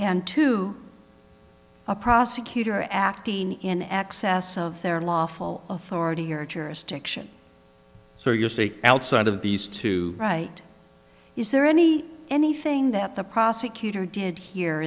and to a prosecutor acting in excess of their lawful authority or jurisdiction so you say outside of these two right is there any anything that the prosecutor did here